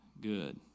good